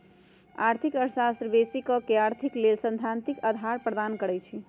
आर्थिक अर्थशास्त्र बेशी क अर्थ के लेल सैद्धांतिक अधार प्रदान करई छै